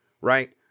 Right